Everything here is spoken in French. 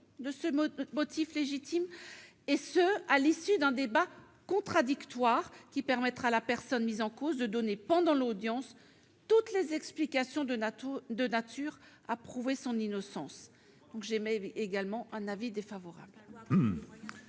de ce motif légitime, et ce à l'issue d'un débat contradictoire, qui permettra à la personne mise en cause de donner, pendant l'audience, toutes explications de nature à prouver son innocence. Quel est l'avis du